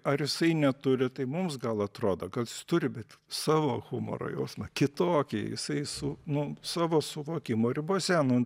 ar jisai neturi tai mums gal atrodo gal jis turi bet savo humoro jausmą kitokį jisai su nu savo suvokimo ribose nu